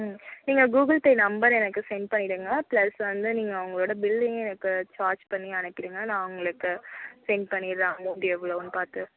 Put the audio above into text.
ம் நீங்கள் Google Pay number எனக்கு செண்ட் பண்ணிடுங்க ப்ளஸ் வந்து நீங்கள் உங்களோட பில்லிங்க எனக்கு சார்ஜ் பண்ணி அனுப்பிடுங்க நான் உங்களுக்கு செண்ட் பண்ணிடுறேன் அமௌண்ட் எவ்வளோன்னு பார்த்து